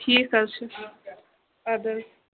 ٹھیٖک حظ چھِ اَد حظ